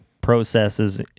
processes